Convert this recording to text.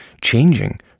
changing